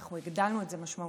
ואנחנו הגדלנו את זה משמעותית.